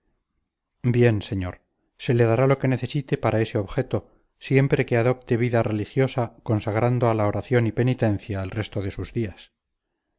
bien señor se le dará lo que necesite para ese objeto siempre que adopte vida religiosa consagrando a la oración y penitencia el resto de sus días